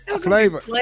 Flavor